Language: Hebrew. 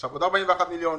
עכשיו עוד 41 מיליון.